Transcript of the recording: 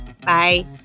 Bye